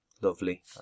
Lovely